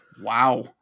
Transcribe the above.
Wow